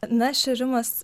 na šėrimas